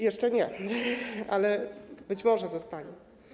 Jeszcze nie, ale być może zostanie.